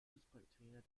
fußballtrainer